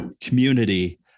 community